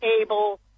able